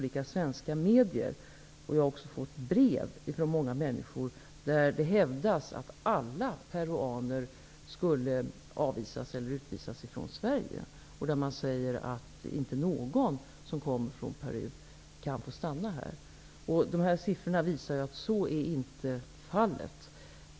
Jag har också fått brev från många människor, som tror att alla peruaner skall utvisas från Sverige och att inte någon som kommer från Peru kan få stanna här. Siffrorna visar att så inte är fallet.